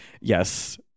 Yes